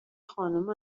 خانم